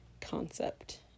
concept